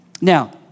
now